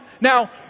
Now